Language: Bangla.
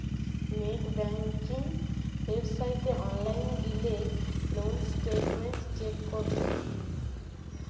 নেট বেংঙ্কিং ওয়েবসাইটে অনলাইন গিলে লোন স্টেটমেন্ট চেক করলে